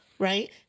Right